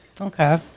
okay